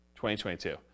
2022